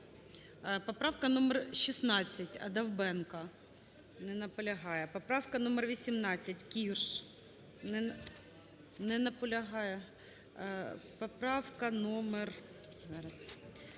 Поправка номер 16, Довбенко. Не наполягає. Поправка номер 18, Кірш. Не наполягає. Поправка номер